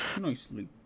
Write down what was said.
nicely